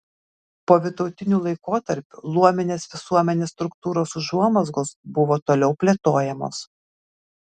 povytautiniu laikotarpiu luominės visuomenės struktūros užuomazgos buvo toliau plėtojamos